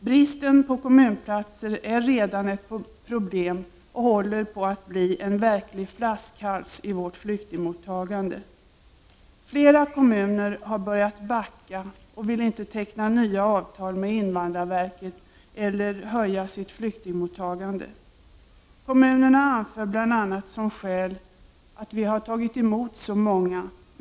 Bristen på kommunplatser är redan ett problem och håller på att bli en verklig flaskhals i vårt flyktingmottagande. Flera kommuner har börjat backa och vill inte teckna nya avtal med invandrarverket eller höja sitt flyktingmottagande. Kommunerna anför som skäl bl.a.: ”Vi har tagit emot så många redan.